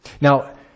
Now